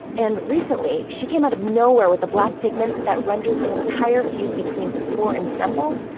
and recently she came out of nowhere with a black pigment that rendered the entire feud between kapoor and simple,